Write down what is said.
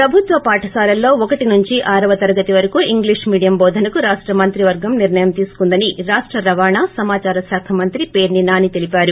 ప్రభుత్వ పాఠశాలల్లో ఒకటి నుంచి ఆరో తరగతి వరకూ ఇంగ్లీష్ మీడియం బోధనకు రాష్ట మంత్రి వర్గం నిర్ణయం తీసుకుందని రాష్ట రవాణా సమాచార శాఖ మంత్రి పేర్సి నాని తెలిపారు